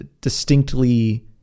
distinctly